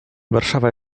warszawa